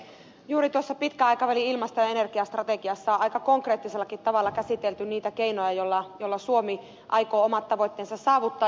juuri tuossa pitkän aikavälin ilmasto ja energiastrategiassa on aika konkreettisellakin tavalla käsitelty niitä keinoja joilla suomi aikoo omat tavoitteensa saavuttaa